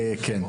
כן.